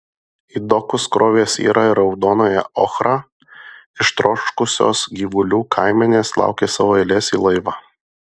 į dokus krovė sierą ir raudonąją ochrą ištroškusios gyvulių kaimenės laukė savo eilės į laivą